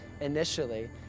initially